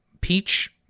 Peach